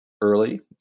early